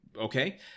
Okay